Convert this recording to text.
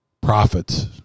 profits